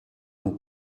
und